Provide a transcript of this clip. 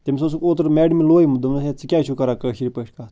تٔمس اوسُکھ اوترٕ میڈمہِ لویمُت دوٚپُن ہے ژٕ کیٛازِ چھُکھ کَران کٲشِر پٲٹھۍ کَتھ